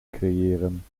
creëren